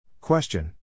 Question